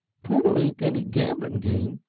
pool ain't any gambling game,